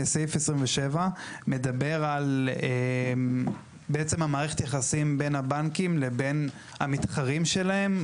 סעיף 27. מדבר על בעצם מערכת היחסים בין הבנקים לבין המתחרים שלהם.